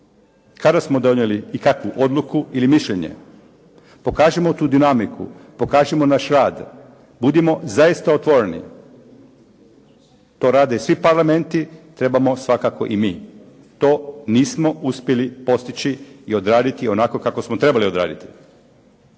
kada smo donijeli i kakvu odluku ili mišljenje. Pokažimo tu dinamiku, pokažimo naš rad, budimo zaista otvoreni. To rade svi parlamenti, trebamo svakako i mi. To nismo uspjeli postići i odraditi onako kako smo trebali odraditi,